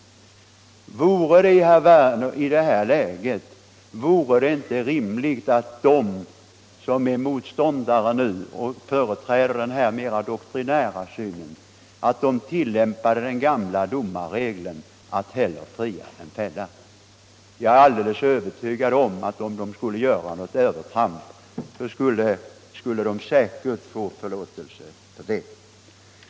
Vore det i den situationen inte rimligt, herr Werner, att de som är motståndare nu och företräder den mera doktrinära synen tilllämpade den gamla domarregeln att hellre fria än fälla? Jag är alldeles övertygad om att de, om de skulle göra ett övertramp, skulle få förlåtelse för det.